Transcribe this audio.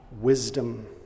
wisdom